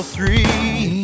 three